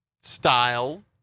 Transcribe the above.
style